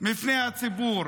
מפני הציבור.